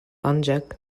ancak